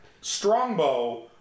Strongbow